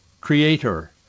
Creator